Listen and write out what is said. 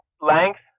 length